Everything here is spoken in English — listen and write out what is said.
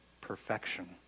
perfection